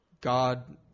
God